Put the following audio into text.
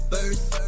First